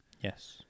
yes